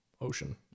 ocean